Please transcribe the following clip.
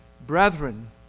Brethren